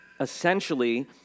essentially